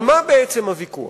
על מה בעצם הוויכוח?